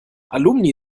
alumni